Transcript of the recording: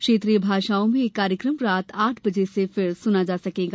क्षेत्रीय भाषाओं में यह कार्यक्रम रात आठ बजे फिर सुना जा सकेगा